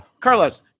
Carlos